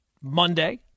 Monday